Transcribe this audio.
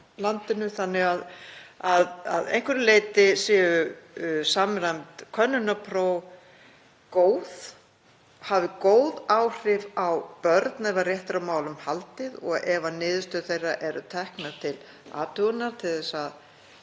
og að einhverju leyti séu samræmd könnunarpróf því góð, hafi góð áhrif á börn ef rétt er á málum haldið og ef niðurstöður þeirra eru teknar til athugunar til þess að